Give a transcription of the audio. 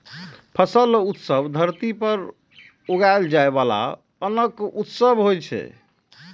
फसल उत्सव धरती पर उगाएल जाइ बला अन्नक उत्सव होइ छै